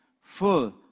full